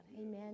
Amen